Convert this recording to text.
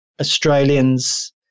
Australians